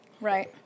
Right